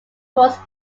towards